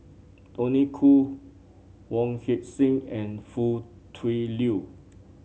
Tony Khoo Wong Heck Sing and Foo Tui Liew